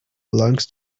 belongs